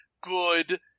good